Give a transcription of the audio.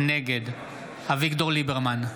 נגד אביגדור ליברמן,